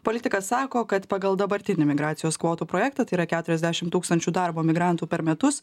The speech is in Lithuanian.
politikas sako kad pagal dabartinį imigracijos kvotų projektą tai yra keturiasdešim tūkstančių darbo migrantų per metus